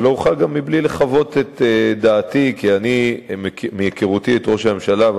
לא אוכל בלי לחוות את דעתי כי מהיכרותי את ראש הממשלה,